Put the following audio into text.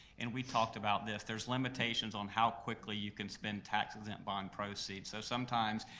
and we talked about this, there's limitations on how quickly you can spend taxes and bond proceeds. so, sometimes,